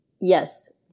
Yes